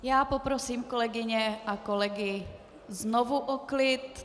Já poprosím kolegyně a kolegy znovu o klid.